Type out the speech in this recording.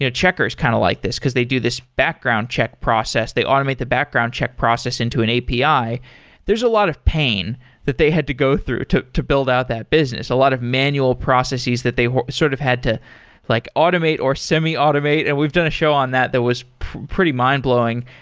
checker is kind of like this, because they do this background check process. they automate the background check process into an api. there's a lot of pain that they had to go through to to build out that business. a lot of manual processes that they sort of had to like automate or semi-automate, and we've done a show on that that was pretty mind blowing,